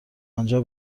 آنجا